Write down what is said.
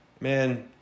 Man